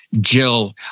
Jill